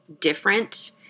different